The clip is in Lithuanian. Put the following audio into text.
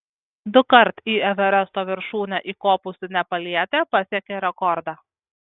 dukart į everesto viršūnę įkopusi nepalietė pasiekė rekordą